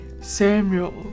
Samuel